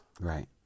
Right